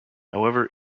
however